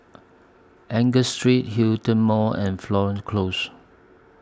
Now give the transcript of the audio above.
Angus Street Hillion Mall and Florence Close